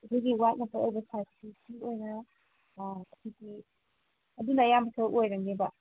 ꯑꯗꯨꯒꯤ ꯋꯥꯏꯠ ꯉꯥꯛꯇ ꯑꯣꯏꯕ ꯁꯥꯏꯠꯇꯨꯁꯨ ꯑꯣꯏꯔꯦ ꯑꯗꯒꯤ ꯑꯗꯨꯅ ꯑꯌꯥꯝꯕ ꯁꯔꯨꯛ ꯑꯣꯏꯔꯅꯦꯕ